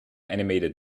animated